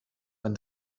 when